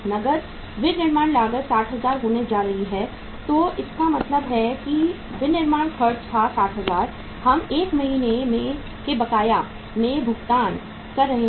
नकद विनिर्माण लागत 60000 होने जा रही है तो इसका मतलब है कि यह विनिर्माण खर्च था 60000 हम 1 महीने के बकाया में भुगतान कर रहे हैं